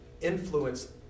influence